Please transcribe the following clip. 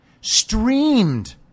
streamed